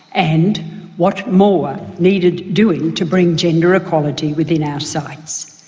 and what more needed doing to bring gender equality within our sights.